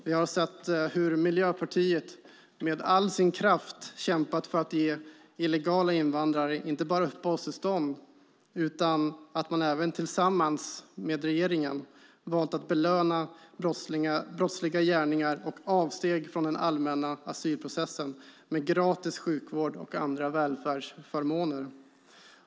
Vi har sett hur Miljöpartiet med all sin kraft har kämpat för att ge illegala invandrare inte bara uppehållstillstånd, utan man har även tillsammans med regeringen valt att belöna brottsliga gärningar och avsteg från den allmänna asylprocessen genom gratis sjukvård och andra välfärdsförmåner.